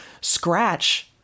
Scratch